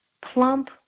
plump